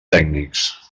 tècnics